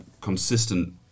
consistent